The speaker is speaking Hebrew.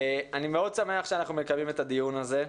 אני מאוד שמח שאנחנו מקיימים את הדיון הזה.